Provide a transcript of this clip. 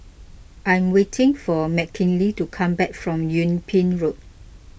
I am waiting for Mckinley to come back from Yung Ping Road